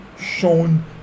shown